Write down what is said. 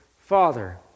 father